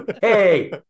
hey